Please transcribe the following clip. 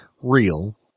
real